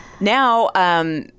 now